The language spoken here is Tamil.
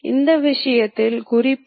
இதுவே இறுதி புள்ளி